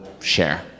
share